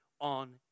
on